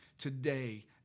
Today